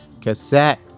cassette